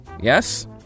Yes